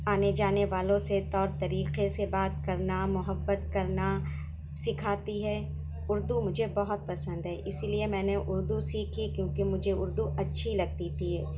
آنے جانے والوں سے طور طریقے سے بات کرنا محبت کرنا سکھاتی ہے اردو مجھے بہت پسند ہے اس لیے میں نے اردو سیکھی کیوں کہ مجھے اردو اچھی لگتی تھی